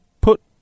put